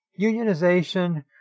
unionization